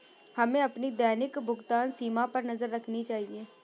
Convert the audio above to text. हमें अपनी दैनिक भुगतान सीमा पर नज़र रखनी चाहिए